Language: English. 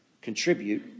contribute